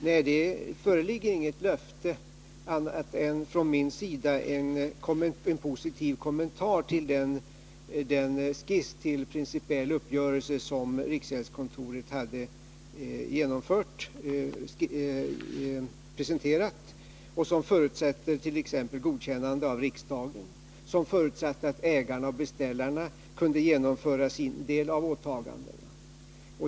Nej, det föreligger inget löfte från min sida, men väl en positiv kommentar till den skiss till principiell uppgörelse som riksgäldskontoret hade presenterat, varvid jag förutsatte exempelvis godkännande av riksdagen och att ägarna och beställarna kunde genomföra sin del av åtagandena.